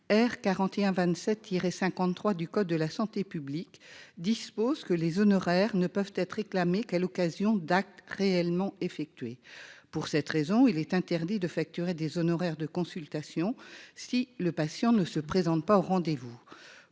R 41 27 tiré 53 du code de la santé publique, dispose que les honoraires ne peuvent être réclamés qu'à l'occasion d'actes réellement effectuées. Pour cette raison, il est interdit de facturer des honoraires de consultation. Si le patient ne se présente pas au rendez-vous.